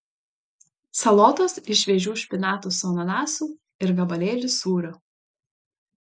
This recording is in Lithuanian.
salotos iš šviežių špinatų su ananasu ir gabalėlis sūrio